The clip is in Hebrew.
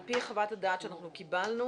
על פי חוות הדעת שאנחנו קיבלנו,